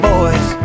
Boys